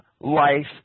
life